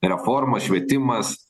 reformos švietimas